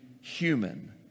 human